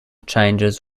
changes